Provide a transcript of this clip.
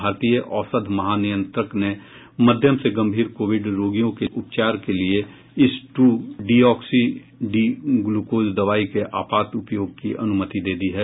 भारतीय औषध महानियंत्रक ने मध्यम से गंभीर कोविड रोगियों के उपचार के लिए इस टू डीऑक्सी डी ग्लुकोज दवाई के आपात उपयोग की अनुमति दे दी है